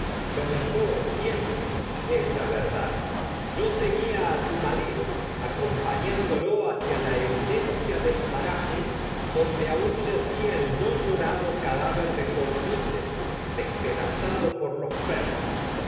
lo mejor a siem pre es la verdad yo seguía la eminencia del tu marido acompañándolo aun hacia paraje donde yacía el no llorado cadáver de polinices despedazado a por los perros